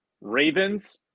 Ravens